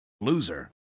Loser